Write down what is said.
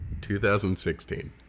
2016